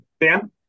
Dan